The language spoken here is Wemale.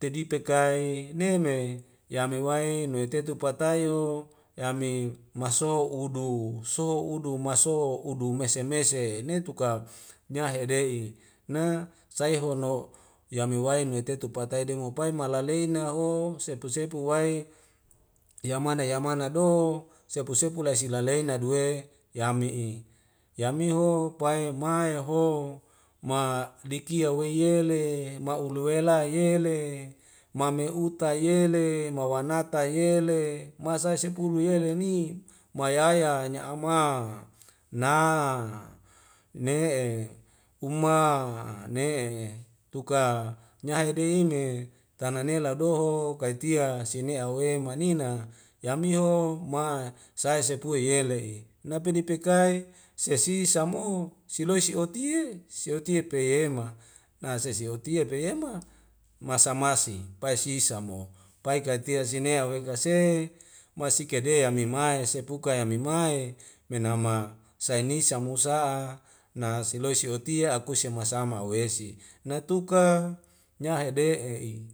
tedi pekai neme yame wai nuetetu patayo yami masou udu so udu masou udu mese mese ne tuka nyahe de'i na saihuano yami wae nuwe tetu pata e demu pae mala lena ho sepu sepu wae yamana yamana do sepu sepu lai sila lena duwe yami'i yamiho puae mae ho ma dikia weyele mauluwela yele mami utai yele mawanata yele masasai sepulu yele ni mayaya nya'ama na ne'e una ne'e tuka nyai de'ime tana nela doho kaitia sine awe manina yamiho ma sae sepue yele'i napidepikai sesi sa mo siloi si oti'e siotie peyema na sesi otie peyema masa masi pai sisa mo pai kaitia sinea wekase masiki kadea nimaese puka yamimae menama sainisa musa'a nasiloi siotia akuise se masama awesi natuka nyahede e'i